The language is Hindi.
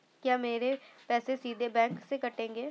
क्या मेरे पैसे सीधे बैंक से कटेंगे?